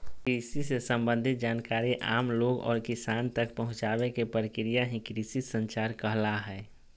कृषि से सम्बंधित जानकारी आम लोग और किसान तक पहुंचावे के प्रक्रिया ही कृषि संचार कहला हय